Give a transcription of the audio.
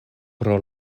pro